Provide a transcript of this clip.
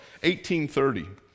1830